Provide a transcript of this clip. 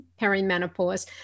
perimenopause